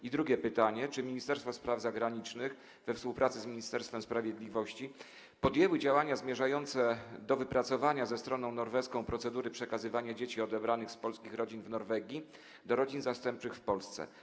I drugie pytanie: Czy Ministerstwo Spraw Zagranicznych we współpracy z Ministerstwem Sprawiedliwości podjęły działania zmierzające do wypracowania ze stroną norweską procedury przekazywania dzieci odebranych z polskich rodzin w Norwegii do rodzin zastępczych w Polsce?